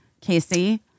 Casey